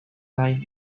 line